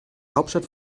hauptstadt